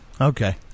Okay